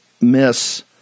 miss